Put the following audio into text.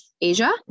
Asia